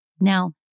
Now